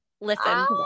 listen